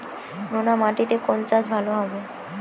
নোনা মাটিতে কোন চাষ ভালো হবে?